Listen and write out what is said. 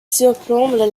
surplombe